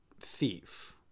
thief